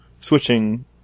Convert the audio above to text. switching